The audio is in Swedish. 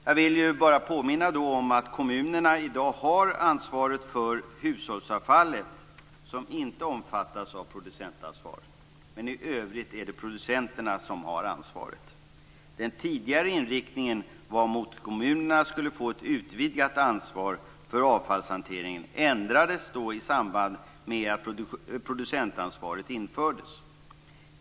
Jag vill då bara påminna om att kommunerna i dag har ansvaret för hushållsavfallet, som inte omfattas av producentansvar. I övrigt är det producenterna som har ansvaret. Den tidigare inriktningen, att kommunerna skulle få ett utvidgat ansvar för avfallshanteringen, ändrades i samband med att producentansvaret infördes.